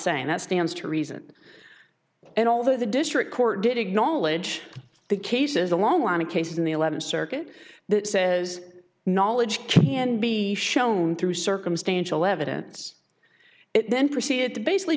saying that stands to reason and although the district court did acknowledge the cases a long line of cases in the eleventh circuit that says knowledge can be shown through circumstantial evidence it then proceeded to basically